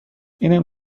اینم